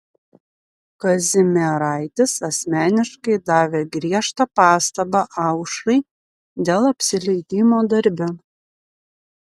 kazimieraitis asmeniškai davė griežtą pastabą aušrai dėl apsileidimo darbe